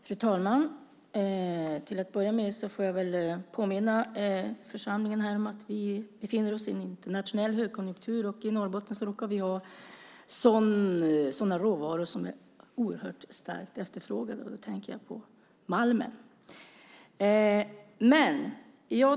Fru talman! Till att börja med får jag påminna församlingen om att vi befinner oss i en internationell högkonjunktur. I Norrbotten råkar vi ha sådana råvaror som är oerhört starkt efterfrågade, och då tänker jag på malmen.